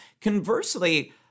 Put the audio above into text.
Conversely